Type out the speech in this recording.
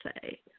say